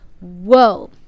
whoa